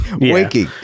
Waking